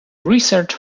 research